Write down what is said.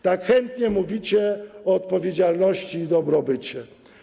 Tak chętnie mówicie o odpowiedzialności i dobrobycie.